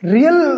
Real